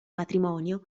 matrimonio